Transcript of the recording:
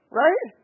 right